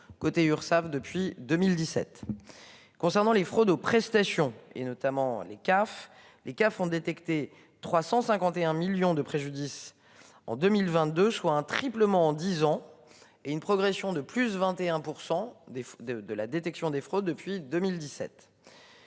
côté Urssaf depuis 2017. Concernant les fraudes aux prestations et notamment les CAF, les CAF ont détecté 351 millions de préjudice en 2022 soit un triplement en 10 ans et une progression de plus 21% des de de la détection des fraudes depuis 2017.